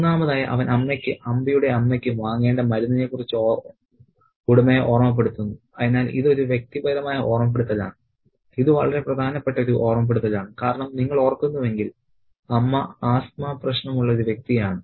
മൂന്നാമതായി അവൻ അമ്മയ്ക്ക് അംബിയുടെ അമ്മയ്ക്ക് വാങ്ങേണ്ട മരുന്നിനെക്കുറിച്ച് ഉടമയെ ഓർമ്മപ്പെടുത്തുന്നു അതിനാൽ ഇത് ഒരു വ്യക്തിപരമായ ഓർമ്മപ്പെടുത്തലാണ് ഇത് വളരെ പ്രധാനപ്പെട്ട ഒരു ഓർമ്മപ്പെടുത്തലാണ് കാരണം നിങ്ങൾ ഓർക്കുന്നുവെങ്കിൽ അമ്മ ആസ്ത്മ പ്രശ്നമുള്ള ഒരു വ്യക്തിയാണ്